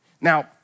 Now